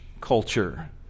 culture